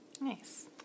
Nice